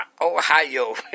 Ohio